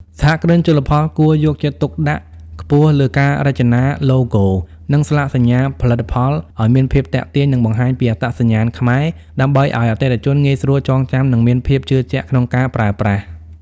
សហគ្រិនជលផលគួរយកចិត្តទុកដាក់ខ្ពស់លើការរចនាឡូហ្គោ និងស្លាកសញ្ញាផលិតផលឱ្យមានភាពទាក់ទាញ និងបង្ហាញពីអត្តសញ្ញាណខ្មែរ ដើម្បីឱ្យអតិថិជនងាយស្រួលចងចាំ និងមានភាពជឿជាក់ក្នុងការប្រើប្រាស់។